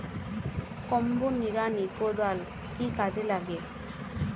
Combo নিড়ানি কোদাল কি কাজে লাগে?